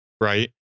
Right